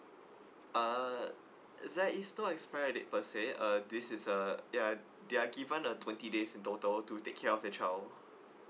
uh it's there is no expiry date per se uh this is uh ya they are given a twenty days in total to take care of the child